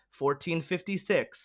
1456